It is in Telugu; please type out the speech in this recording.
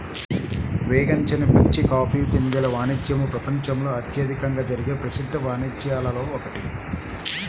వేగించని పచ్చి కాఫీ గింజల వాణిజ్యము ప్రపంచంలో అత్యధికంగా జరిగే ప్రసిద్ధ వాణిజ్యాలలో ఒకటి